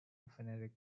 phonetic